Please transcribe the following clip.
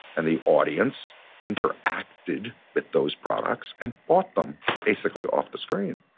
and the audience interacted with those products and bought them. basically off the screen.